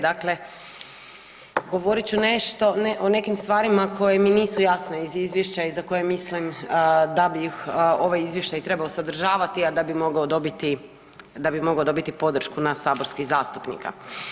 Dakle, govorit ću o nekim stvarima koje mi nisu jasne iz izvješća i za koje mislim da bi ovaj izvještaj trebao sadržavati, a da bi mogao dobiti podršku nas saborskih zastupnika.